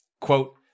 Quote